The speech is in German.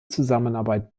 zusammenarbeit